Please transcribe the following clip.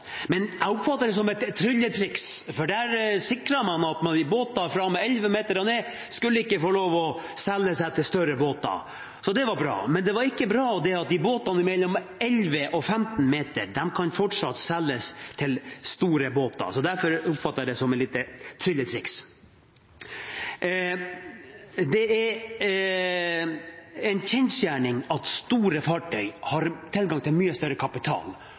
Men jeg oppfattet det som et trylletriks, for der sikret man at båter som er fra 11 meter og ned, ikke skulle kunne selges til større båter, og det var bra, men det er ikke bra at båter på mellom 11 og 15 meter fortsatt kan selges til store båter. Derfor oppfattet jeg det som et lite trylletriks. Det er en kjensgjerning at store fartøy har tilgang til mye større kapital